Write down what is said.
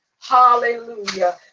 hallelujah